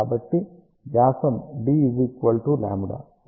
కాబట్టి వ్యాసం d λ Cλ 3